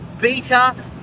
beta